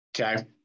okay